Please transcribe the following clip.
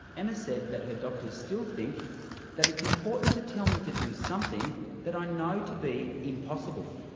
emma said that her doctors still think that it's important to tell me to do something that i know to be impossible.